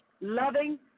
loving